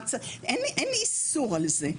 אין איסור על זה.